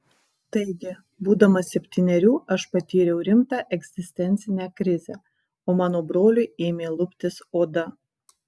taigi būdamas septynerių aš patyriau rimtą egzistencinę krizę o mano broliui ėmė luptis oda